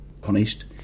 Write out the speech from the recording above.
punished